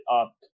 up